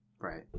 Right